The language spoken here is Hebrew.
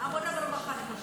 אנחנו נצביע על להעביר את זה